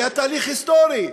היה תהליך היסטורי.